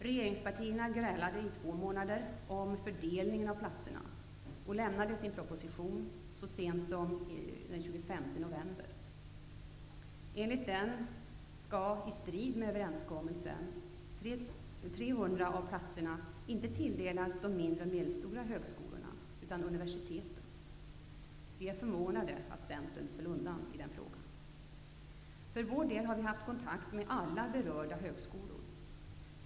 Regeringspartierna grälade i två månader om fördelningen av platserna och lämnade sin proposition så sent som den 25 november. Enligt denna skall - i strid med överenskommelsen - 300 av platserna inte tilldelas de mindre och medelstora högskolorna utan universiteten. Vi är förvånade över att Centern föll undan i den frågan. Vi har för vår del haft kontakt med alla berörda högskolor.